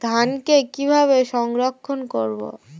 ধানকে কিভাবে সংরক্ষণ করব?